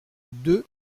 deux